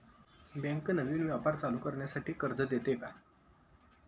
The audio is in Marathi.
बँक नवीन व्यापार चालू करण्यासाठी कर्ज देते का?